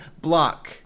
block